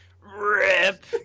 RIP